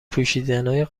پوشیدنای